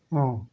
অঁ